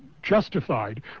justified